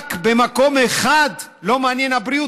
רק במקום אחד לא מעניינת הבריאות,